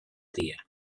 dia